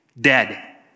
dead